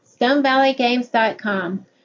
stonevalleygames.com